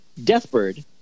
Deathbird